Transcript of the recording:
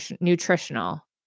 nutritional